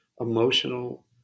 emotional